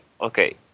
Okay